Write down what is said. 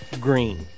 Green